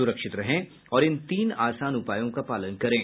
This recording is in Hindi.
सुरक्षित रहें और इन तीन आसान उपायों का पालन करें